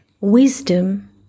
wisdom